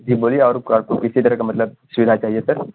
جی بولیے اور کا کسی طرح کا مطلب سوویدھا چاہیے سر